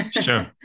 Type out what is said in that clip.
Sure